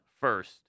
first